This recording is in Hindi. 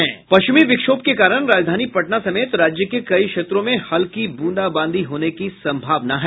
पश्चिमी विक्षोभ के कारण राजधानी पटना समेत राज्य के कई क्षेत्रों में हल्की बूदा बांदी होने की संभावना है